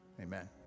Amen